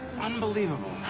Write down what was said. Unbelievable